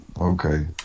Okay